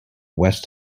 west